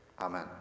Amen